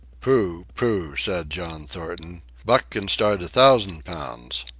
pooh! pooh! said john thornton buck can start a thousand pounds.